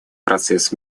процесс